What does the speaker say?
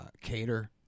cater